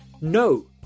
No